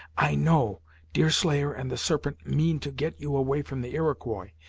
i know deerslayer and the serpent mean to get you away from the iroquois,